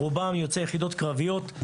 רובם יוצאי יחידות קרביות.